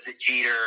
Jeter